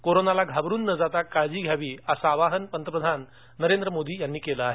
कोरोनाला घाबरून न जाता काळजी घ्यावी असं आवाहन पंतप्रधान नरेंद्र मोदी यांनी केलं आहे